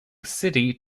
city